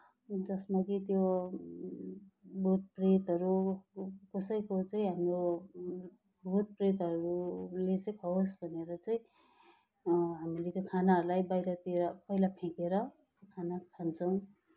जसमा चाहिँ त्यो भूतप्रेतहरू कसैको चाहिँ हाम्रो भूतप्रेतहरूले चाहिँ खाओस् भनेर चाहिँ हामीले चाहिँ खानाहरूलाई बाहिरतिर पहिला फ्याँकेर खाना खान्छौँ